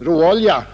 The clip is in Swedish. råolja.